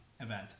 event